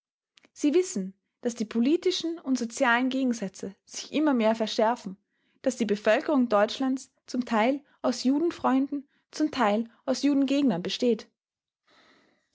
sie wissen daß die politischen und sozialen gegensätze sich immer mehr verschärfen daß die bevölkerung deutschlands zum teil aus judenfreunden zum teil aus judengegnern besteht